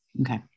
Okay